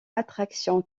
attraction